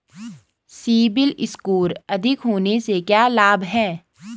CIBIL score अधिक होने से क्या लाभ हैं?